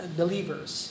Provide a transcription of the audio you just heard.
believers